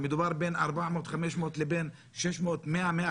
מדובר בין 500-400 לבין 600 על תקופות קצרות.